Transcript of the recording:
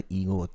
ego